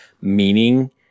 meaning